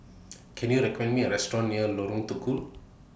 Can YOU recommend Me A Restaurant near Lorong Tukol